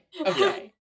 Okay